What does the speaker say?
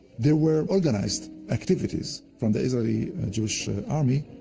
there were organized activities from the israeli jewish army,